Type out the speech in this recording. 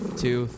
two